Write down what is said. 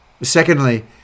Secondly